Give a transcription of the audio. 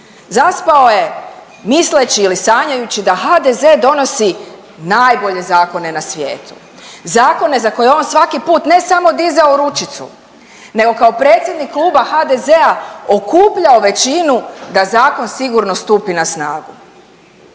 Zaspao je misleći ili sanjajući da HDZ donosi najbolje zakone na svijetu. Zakone za koje on svaki put, ne samo dizao ručicu, nego kao predsjednik Kluba HDZ-a okupljao većinu da zakon sigurno stupi na snagu.